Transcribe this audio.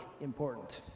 important